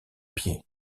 pied